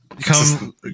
Come